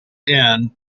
end